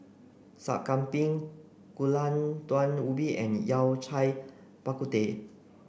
Sup Kambing Gulai Daun Ubi and Yao Cai Bak Kut Teh